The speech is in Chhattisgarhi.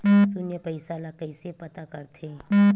शून्य पईसा ला कइसे पता करथे?